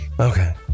Okay